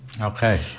Okay